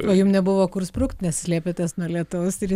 o jum nebuvo kur sprukt nes slėpėtės nuo lietaus ir jis